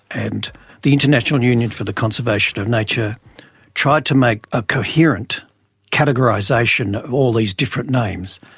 and the international union for the conservation of nature tried to make a coherent categorisation of all these different names.